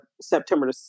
September